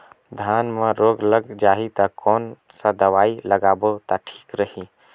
धान म रोग लग जाही ता कोन सा दवाई लगाबो ता ठीक रही?